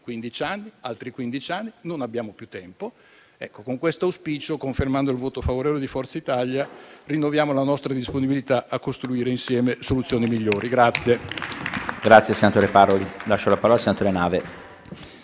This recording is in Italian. anni, ma non abbiamo più tempo. Con questo auspicio, confermando il voto favorevole di Forza Italia, rinnoviamo la nostra disponibilità a costruire insieme soluzioni migliori.